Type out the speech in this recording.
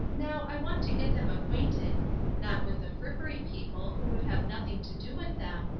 now, i want to get them acquainted not with the frippery people who would have nothing to do with them,